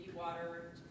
water